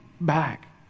back